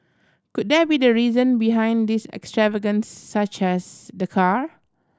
could that be the reason behind this extravagance such as the car